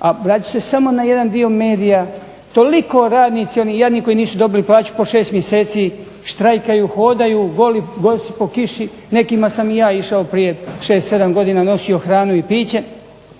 A obratit ću se samo na jedan dio medija, toliko radnici oni jadnici koji nisu dobili plaću po 6 mjeseci štrajkaju, hodaju, goli i bosi po kiši, nekima sam i ja išao prije 6, 7 godina nosio hranu i piće,